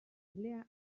ilea